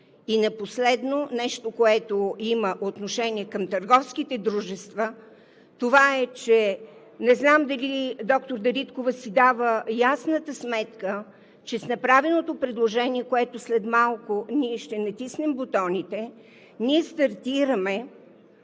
И последно, нещо, което има отношение към търговските дружества, това е, че не знам дали доктор Дариткова си дава ясната сметка, че с направеното предложение, за което след малко ще натиснем бутоните, ние стартираме